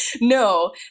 no